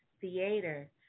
theater